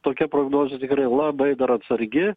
tokia prognozė tikrai labai dar atsargi